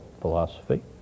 philosophy